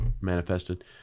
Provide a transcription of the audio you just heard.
manifested